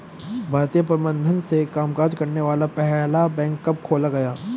भारतीय प्रबंधन से कामकाज करने वाला पहला बैंक कब खोला गया?